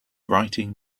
writing